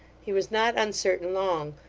he was not uncertain long,